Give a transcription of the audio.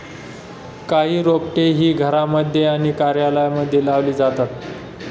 काही रोपटे ही घरांमध्ये आणि कार्यालयांमध्ये लावली जातात